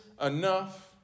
enough